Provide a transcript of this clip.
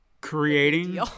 creating